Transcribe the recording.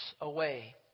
away